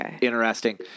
interesting